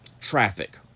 traffic